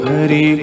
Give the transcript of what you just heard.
Hari